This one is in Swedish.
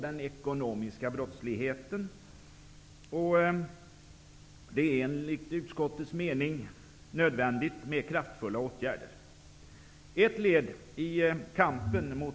Den ekonomiska brottsligheten är allvarlig, och det är enligt utskottets mening nödvändigt med kraftfulla åtgärder.